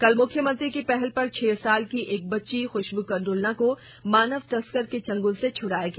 कल मुख्यमंत्री की पहल पर छह साल की एक बच्ची खुशबू कंडूलना को मानव तस्कर के चंगुल से छुड़ाया गया